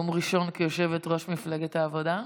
נאום ראשון כיושבת-ראש מפלגת העבודה?